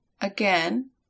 Again